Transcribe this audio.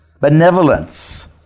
benevolence